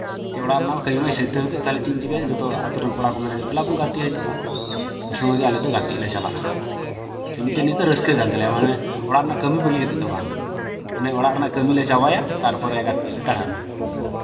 ᱡᱮ ᱚᱲᱟᱜ ᱨᱮᱱᱟᱜ ᱠᱟᱹᱢᱤ ᱢᱟᱹᱧ ᱥᱟᱹᱛ ᱟᱹᱜᱩ ᱠᱮᱜ ᱛᱟᱦᱞᱮ ᱪᱮᱫ ᱤᱧ ᱪᱤᱠᱟᱭᱟ ᱡᱚᱛᱚ ᱟᱹᱛᱩ ᱨᱮᱱ ᱠᱚᱲᱟ ᱠᱚ ᱢᱮᱱᱟ ᱫᱮᱞᱟᱵᱚᱱ ᱜᱟᱛᱮ ᱦᱤᱡᱩᱜᱼᱟ ᱩᱱ ᱥᱚᱢᱚᱭ ᱜᱮ ᱟᱞᱮ ᱫᱚ ᱜᱟᱛᱮᱜ ᱞᱮ ᱪᱟᱞᱟᱜᱼᱟ ᱢᱤᱫᱴᱮᱡ ᱱᱤᱛ ᱫᱚ ᱨᱟᱹᱥᱠᱟᱹ ᱠᱟᱱ ᱛᱟᱞᱮᱭᱟ ᱢᱟᱱᱮ ᱚᱲᱟᱜ ᱨᱮᱱᱟᱜ ᱠᱟᱹᱢᱤ ᱵᱟᱹᱜᱤ ᱠᱟᱛᱮᱫ ᱫᱚ ᱵᱟᱝ ᱢᱟᱱᱮ ᱚᱲᱟᱜ ᱨᱮᱱᱟᱜ ᱠᱟᱹᱢᱤᱞᱮ ᱪᱟᱵᱟᱭᱟ ᱛᱟᱨᱯᱚᱨᱮ ᱜᱟᱛᱮᱜ ᱞᱮ ᱫᱟᱬᱟᱱᱟ